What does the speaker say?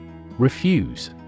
Refuse